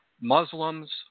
Muslims